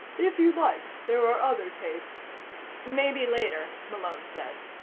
if you like, there are other tapes maybe later, malone said.